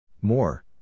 More